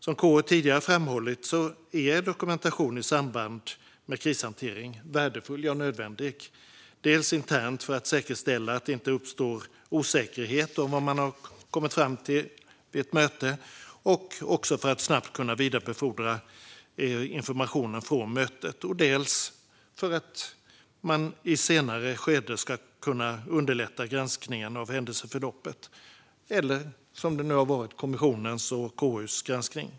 Som KU tidigare framhållit är dokumentation i samband med krishantering värdefull och nödvändig, dels internt för att säkerställa att det inte uppstår osäkerhet om vad man kommit fram till vid ett möte och för att snabbt kunna vidarebefordra information från mötet, dels för att i ett senare skede underlätta granskning av händelseförloppet eller, som nu, kommissionens och KU:s granskning.